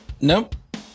Nope